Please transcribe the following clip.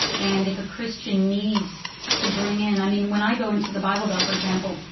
and if a christian needs to bring in i mean, when i go into the bible belt, for example,